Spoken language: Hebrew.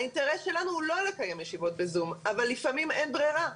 האינטרס שלנו הוא לא לקיים ישיבות ב-זום אבל לפעמים אין ברירה.